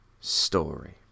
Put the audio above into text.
story